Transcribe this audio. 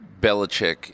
Belichick –